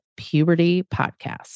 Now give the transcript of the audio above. pubertypodcast